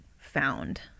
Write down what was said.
found